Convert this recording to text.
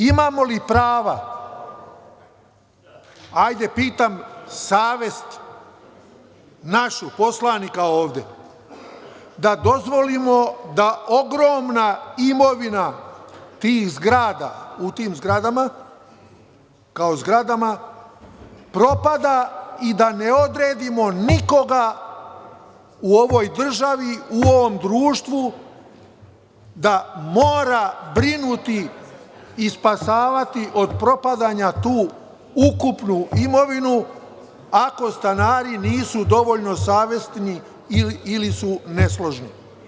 Imamo li prava, pitam savest našu, poslanika ovde, da dozvolimo da ogromna imovina tih zgrada propada i da ne odredimo nikoga u ovoj državi, u ovom društvu da mora brinuti i spašavati od propadanja tu ukupnu imovinu ako stanari nisu dovoljno savesni ili su nesložni?